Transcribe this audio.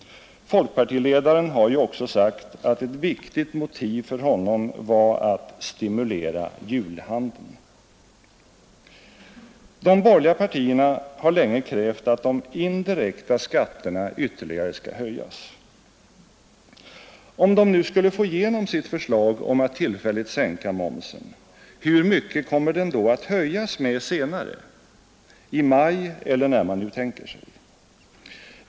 Folkpartiledaren har ju också sagt att ett viktigt motiv för honom är att stimulera julhandeln. De borgerliga partierna har länge krävt att de indirekta skatterna ytterligare skall höjas. Om de nu skulle få genom sitt förslag om att tillfälligt sänka momsen, hur mycket kommer den då att höjas med senare — i maj eller när man nu tänker sig?